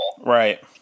Right